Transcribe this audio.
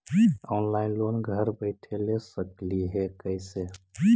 Online loan घर बैठे ले सकली हे, कैसे?